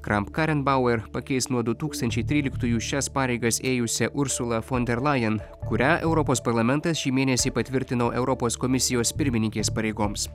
kram karenbauer pakeis nuo du tūkstančiai tryliktųjų šias pareigas ėjusią ursulą fonderlaien kurią europos parlamentas šį mėnesį patvirtino europos komisijos pirmininkės pareigoms